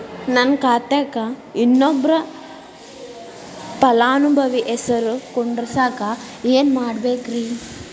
ನನ್ನ ಖಾತೆಕ್ ಇನ್ನೊಬ್ಬ ಫಲಾನುಭವಿ ಹೆಸರು ಕುಂಡರಸಾಕ ಏನ್ ಮಾಡ್ಬೇಕ್ರಿ?